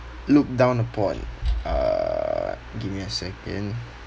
looked down upon err give me a second